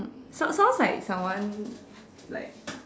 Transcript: sound sounds like someone like